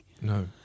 no